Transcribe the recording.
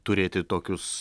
turėti tokius